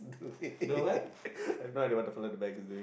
eh I have no idea what the fella in the back is doing